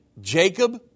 Jacob